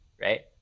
Right